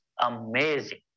amazing